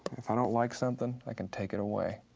if i don't like something, i can take it away.